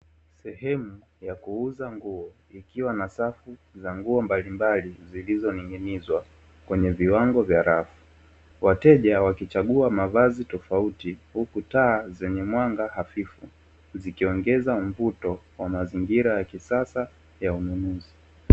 Sehemu ya kuuza nguo ikiwa na safu za nguo mbalimbali zilizoning’inizwa kwenye viwango vya rafu, wateja wakichagua mavazi tofauti huku taa zenye mwangaza hafifu zikiongeza mvuto wa mazingira ya kisasa ya ununuzi.